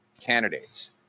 candidates